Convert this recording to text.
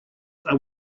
are